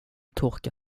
torka